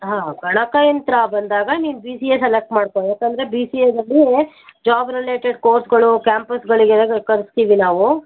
ಹಾಂ ಗಣಕಯಂತ್ರ ಬಂದಾಗ ನೀನು ಬಿ ಸಿ ಎ ಸೆಲೆಕ್ಟ್ ಮಾಡಿಕೋ ಯಾಕಂದರೆ ಬಿ ಸಿ ಎದಲ್ಲಿ ಜಾಬ್ ರಿಲೇಟೆಡ್ ಕೋರ್ಸ್ಗಳು ಕ್ಯಾಂಪಸ್ಗಳಿಗೆಲ್ಲ ಕರಿಸ್ತೀವಿ ನಾವು